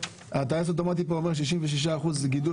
הטייס האוטומטי פה אומר 66% זה גידול